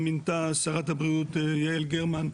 אני יודע שהיו את אלה שאמרו בפסק הדין של בית המשפט על יתמות מתוכננת,